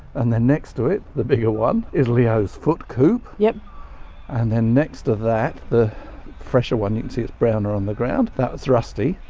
and then next to it the bigger one is leo's foot coupe, yeah and then next to that, the fresher one, you can see it's browner on the ground, that's rusty.